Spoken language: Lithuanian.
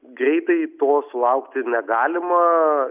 greitai to sulaukti negalima